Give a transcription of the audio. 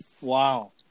Wow